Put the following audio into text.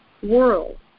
world